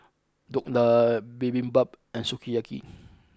Dhokla Bibimbap and Sukiyaki